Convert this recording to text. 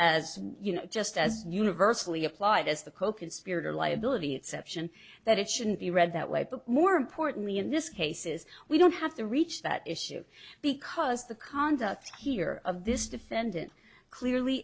as you know just as universally applied as the coconspirator liability it's action that it shouldn't be read that way but more importantly in this cases we don't have to reach that issue because the conduct here of this defendant clearly